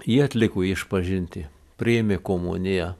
ji atliko išpažintį priėmė komuniją